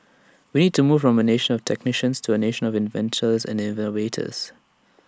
we need to move from A nation of technicians to A nation of inventors and innovators